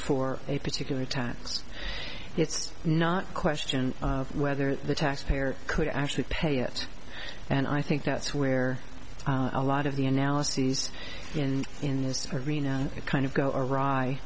for a particular tax it's not a question of whether the taxpayer could actually pay it and i think that's where a lot of the analyses and in this arena kind of go a